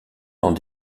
dans